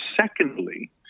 secondly